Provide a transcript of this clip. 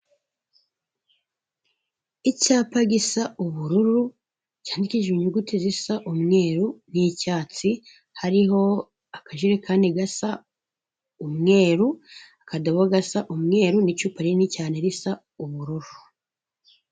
Icyapa gisa ubururu cyandikishije mu nyuguti zisa umweru n'icyatsi, hariho akajerekani gasa umweru, akadobo gasa umweru n'icupa rinini cyane risa ubururu.